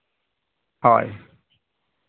ᱦᱳᱭ